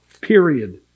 Period